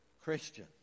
Christian